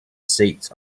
seats